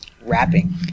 rapping